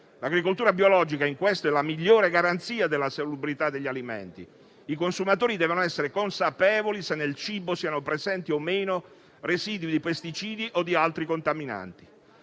L'agricoltura biologica in questo è la migliore garanzia della salubrità degli alimenti; i consumatori devono essere consapevoli se nel cibo siano presenti o meno residui di pesticidi o di altri contaminanti.